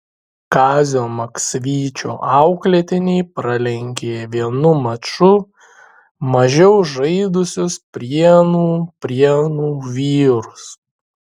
kazio maksvyčio auklėtiniai pralenkė vienu maču mažiau žaidusius prienų prienų vyrus